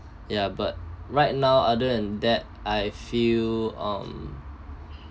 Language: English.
ya but right now other than that I feel um